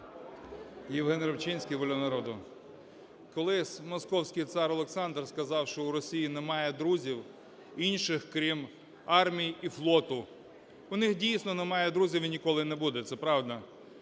Євген Рибчинський, "Воля народу". Колись московський цар Олександр сказав, що у Росії немає друзів інших, крім армії і флоту. У них, дійсно, немає друзів і ніколи не буде. Це правда.